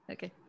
Okay